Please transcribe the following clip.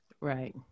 Right